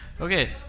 Okay